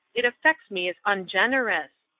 it affects me as ungenerous.